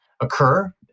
occur